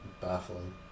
Baffling